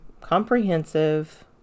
comprehensive